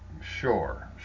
sure